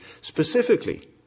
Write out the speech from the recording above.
specifically